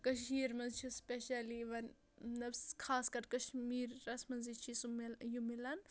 کٔشیٖرِ منٛز چھِ سُپیشَل یِوان مطلب خاص کَر کَشمیٖرَس منٛزٕے چھُ سُہ مِل یہِ میلان